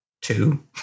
two